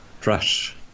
Trash